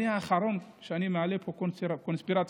אני האחרון שאעלה פה קונספירציות,